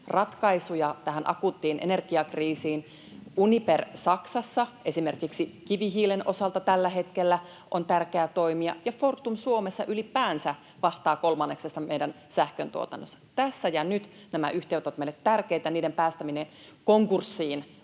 ratkaisuja tähän akuuttiin energiakriisiin. Uniper Saksassa esimerkiksi kivihiilen osalta tällä hetkellä on tärkeä toimija, ja Fortum Suomessa ylipäänsä vastaa kolmanneksesta meidän sähköntuotannosta. Tässä ja nyt nämä yhtiöt ovat meille tärkeitä, ja niiden päästäminen konkurssiin